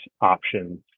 options